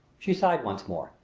she sighed once more.